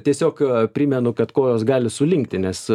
tiesiog primenu kad kojos gali sulinkti nes